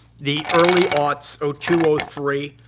the early aughts, so two, ah three,